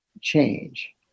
change